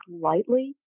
lightly